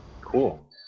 Cool